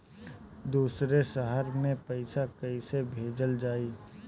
दूसरे शहर में पइसा कईसे भेजल जयी?